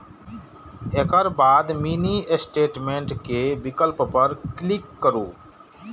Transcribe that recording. एकर बाद mini statement के विकल्प पर क्लिक करू